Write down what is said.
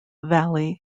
valley